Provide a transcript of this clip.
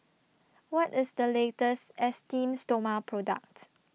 What IS The latest Esteem Stoma Product